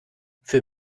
für